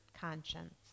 conscience